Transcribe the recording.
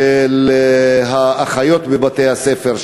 של האחיות בבתי-הספר.